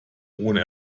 ohne